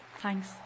Thanks